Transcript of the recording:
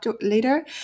later